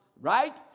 Right